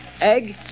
Egg